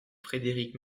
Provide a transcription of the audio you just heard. frédérique